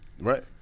Right